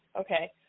Okay